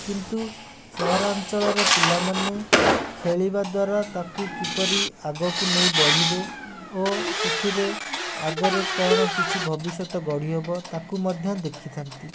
କିନ୍ତୁ ସହରାଞ୍ଚଳର ପିଲାମାନେ ଖେଳିବା ଦ୍ଵାରା ତାକୁ କିପରି ଆଗକୁ ନେଇ ବଢ଼ିବେ ଓ ସେଥିରେ ଆଗରେ କ'ଣ କିଛି ଭବିଷ୍ୟତ ଗଢ଼ି ହେବ ତାକୁ ମଧ୍ୟ ଦେଖିଥାନ୍ତି